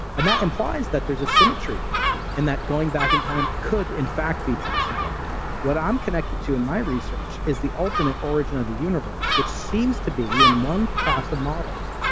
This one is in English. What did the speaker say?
and that implies that there's a symmetry and that going back in time could, in fact, be possible what i'm connected to in my research is the ultimate origin of the universe which seems to be in one class of models,